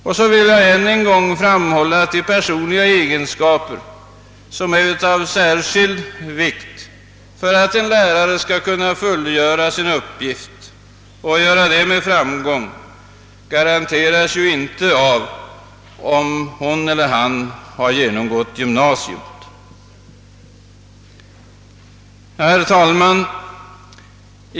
Jag vill ännu en gång framhålla att de personliga egenskaper, som är av särskild vikt för att en lärare skall kunna fullfölja sin uppgift och göra det med framgång, inte garanteras av om han eller hon genomgått gymnasiet. Herr talman!